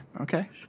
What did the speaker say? okay